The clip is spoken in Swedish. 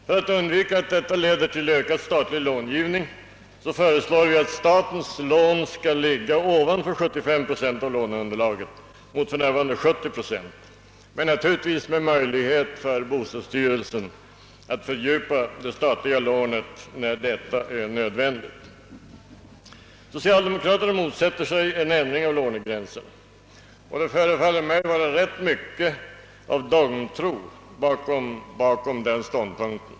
För att undvika att detta leder till ökad statlig långivning föreslår vi att statens lån skall ligga ovanför 75 procent av låneunderdlaget mot för närvarande 70 procent men med möjlighet för bostadsstyrelsen ati fördjupa det statliga lånet när så är nödvändigt. Socialdemokraterna motsätter sig en ändring av lånegränsen, och det förefaller mig ligga rätt mycket av dogmtro bakom deras ståndpunkt.